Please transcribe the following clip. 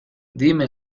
dime